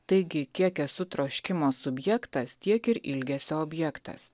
taigi kiek esu troškimo subjektas tiek ir ilgesio objektas